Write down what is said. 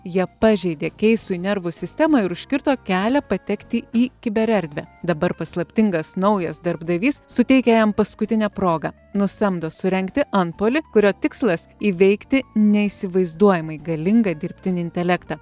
jie pažeidė keisui nervų sistemą ir užkirto kelią patekti į kibirerdvę dabar paslaptingas naujas darbdavys suteikia jam paskutinę progą nusamdo surengti antpuolį kurio tikslas įveikti neįsivaizduojamai galingą dirbtinį intelektą